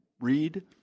read